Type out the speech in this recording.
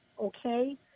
okay